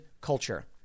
culture